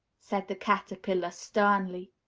said the caterpillar, sternly.